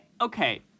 okay